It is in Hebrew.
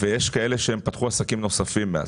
יש כאלה שמאז פתחו עסקים נוספים.